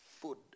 food